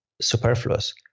superfluous